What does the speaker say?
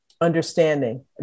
understanding